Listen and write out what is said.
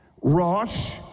rosh